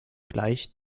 gleich